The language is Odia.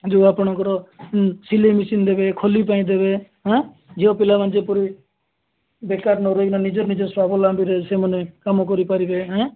ଯୋଉ ଆପଣଙ୍କର ହୁଁ ସିଲେଇ ମେସିନ୍ ଦେବେ ଖଲି ପାଇଁ ଦେବେ ହାଁ ଝିଅ ପିଲାମାନେ ଯେପରି ବେକାର ନ ରହି କି ନିଜେ ନିଜର ସ୍ୱାବଲମୀରେ ସେମାନେ କାମ କରି ପାରିବେ ଏଁ